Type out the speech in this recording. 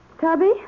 Tubby